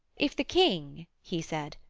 if the king he said,